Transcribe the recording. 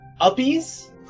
Uppies